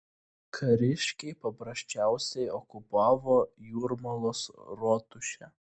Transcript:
kariškiai paprasčiausiai okupavo jūrmalos rotušę